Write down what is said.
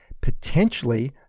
potentially